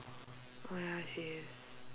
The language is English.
oh ya she is